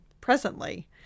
presently